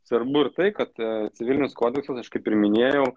svarbu ir tai kad civilinis kodeksas kaip ir minėjau